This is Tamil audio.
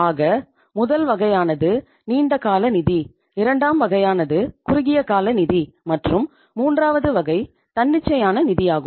ஆக முதல் வகையானது நீண்ட கால நிதி இரண்டாம் வகையானது குறுகிய கால நிதி மற்றும் மூன்றாவது வகை தன்னிச்சையான நிதியாகும்